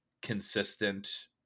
consistent